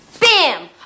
Bam